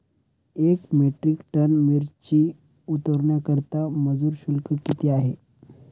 एक metric ton मिरची उतरवण्याकरता मजूर शुल्क किती आहे?